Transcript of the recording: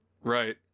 Right